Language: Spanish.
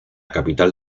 capital